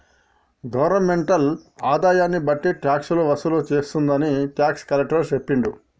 governmental ఆదాయన్ని బట్టి టాక్సులు వసూలు చేస్తుందని టాక్స్ కలెక్టర్ సెప్పిండు